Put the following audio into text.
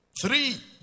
Three